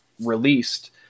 released